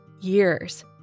years